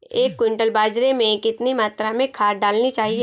एक क्विंटल बाजरे में कितनी मात्रा में खाद डालनी चाहिए?